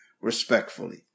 respectfully